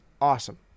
awesome